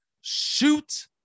shoot